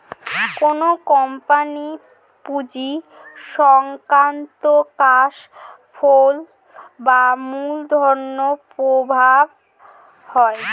কোন কোম্পানির পুঁজি সংক্রান্ত ক্যাশ ফ্লো বা মূলধন প্রবাহ হয়